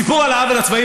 הסיפור על העוול הצבאי,